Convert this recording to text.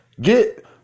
get